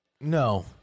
No